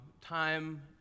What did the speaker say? time